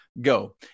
go